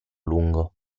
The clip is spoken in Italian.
lungo